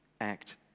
act